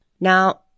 Now